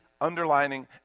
underlining